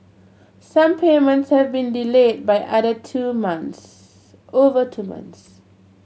some payments have been delayed by other two months over two months